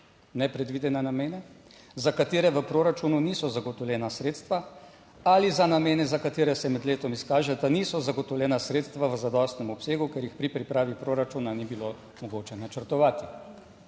nepredvidene namene, za katere v proračunu niso zagotovljena sredstva ali za namene za katere se med letom izkaže, da niso zagotovljena sredstva v zadostnem obsegu, ker jih pri pripravi proračuna ni bilo mogoče načrtovati.